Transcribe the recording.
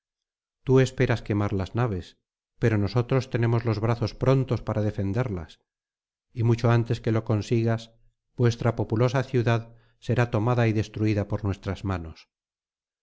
tú esperas quemar las naves pero nosotros tenemos los brazos prontos para defenderlas y mucho antes que lo consigas vuestra populosa ciudad será tomada y destruida por nuestras manos